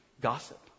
gossip